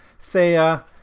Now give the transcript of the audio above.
Thea